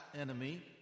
enemy